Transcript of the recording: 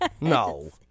No